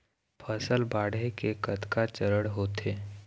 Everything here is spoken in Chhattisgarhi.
फसल बाढ़े के कतका चरण होथे?